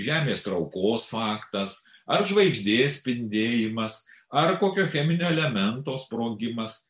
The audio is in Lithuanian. žemės traukos faktas ar žvaigždės spindėjimas ar kokio cheminio elemento sprogimas